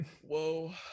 Whoa